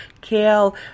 kale